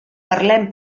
parlem